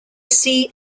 see